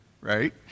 right